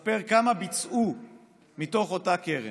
לספר כמה ביצעו מתוך אותה קרן.